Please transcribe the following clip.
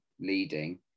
leading